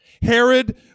Herod